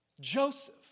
Joseph